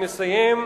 אני מסיים.